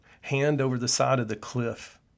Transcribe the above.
hand-over-the-side-of-the-cliff